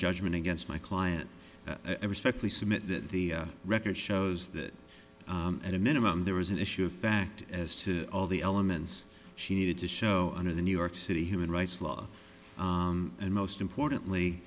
judgment against my client every speckly submit that the record shows that at a minimum there was an issue of fact as to all the elements she needed to show under the new york city human rights law and most importantly